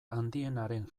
handienaren